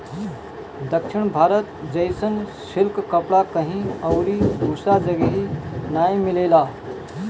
दक्षिण भारत जइसन सिल्क कपड़ा कहीं अउरी दूसरा जगही नाइ मिलेला